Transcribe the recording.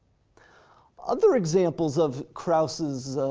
other examples of krauss's